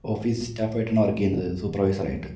office സ്റ്റാഫായിട്ടാണ് work ചെയ്യുന്നത് supervisor ആയിട്ട്